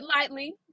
lightly